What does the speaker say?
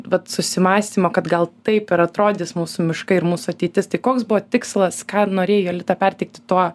vat susimąstymo kad gal taip ir atrodys mūsų miškai ir mūsų ateitis tai koks buvo tikslas ką norėjai jolita perteikti tuo